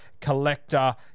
Collector